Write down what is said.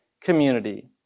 community